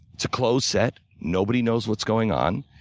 it's a closed set. nobody knows what's going on.